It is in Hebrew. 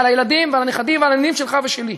על הילדים ועל הנכדים ועל הנינים שלך ושלי.